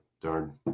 darn